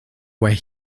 where